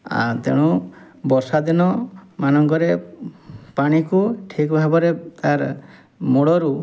ତେଣୁ ବର୍ଷା ଦିନମାନଙ୍କରେ ପାଣିକୁ ଠିକ୍ ଭାବରେ ତା'ର ମୂଳରୁ